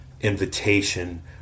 invitation